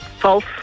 False